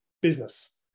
business